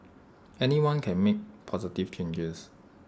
anyone can make positive changes